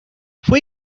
fue